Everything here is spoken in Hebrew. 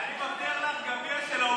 האמת היא שיש 33 שרים,